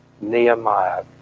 Nehemiah